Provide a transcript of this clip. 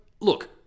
look